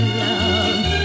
love